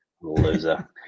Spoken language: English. loser